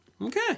Okay